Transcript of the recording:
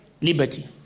liberty